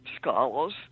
scholars